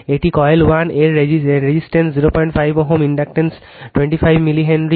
এটি কয়েল1 এর রেজিস্ট্যান্স 05 Ω ইনডাক্ট্যান্স হল 25 মিলি হেনরি